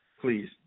please